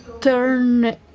turn